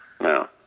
No